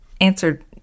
answered